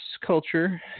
culture